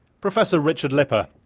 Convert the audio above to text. professor richard lippa.